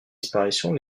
disparition